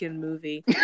movie